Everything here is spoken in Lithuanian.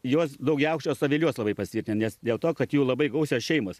jos daugiaaukščiuos aviliuos labai pasitvirtina nes dėl to kad jų labai gausios šeimos